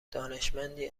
دانشمندی